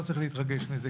לא צריך להתרגש מזה.